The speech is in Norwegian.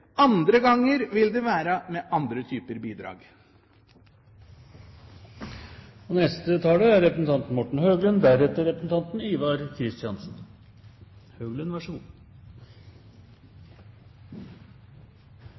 andre ganger vil det være med andre typer bidrag.